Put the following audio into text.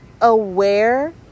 aware